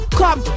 come